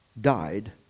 died